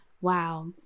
wow